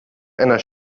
einer